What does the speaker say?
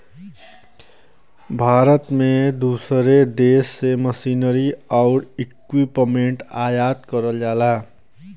भारत में दूसरे देश से मशीनरी आउर इक्विपमेंट आयात करल जाला